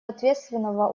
ответственного